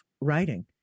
writing